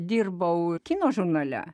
dirbau kino žurnale